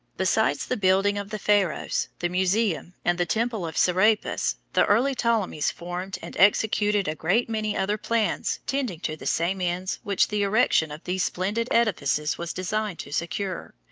besides the building of the pharos, the museum, and the temple of serapis, the early ptolemies formed and executed a great many other plans tending to the same ends which the erection of these splendid edifices was designed to secure,